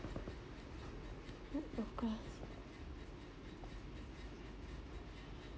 of course